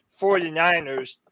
49ers